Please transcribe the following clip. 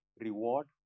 reward